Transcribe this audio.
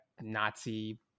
nazi